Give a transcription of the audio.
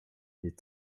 des